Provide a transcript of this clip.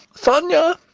sonia!